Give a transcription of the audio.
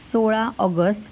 सोळा ऑगस्ट